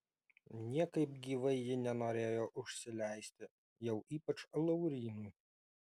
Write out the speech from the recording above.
niekaip gyvai ji nenorėjo užsileisti jau ypač laurynui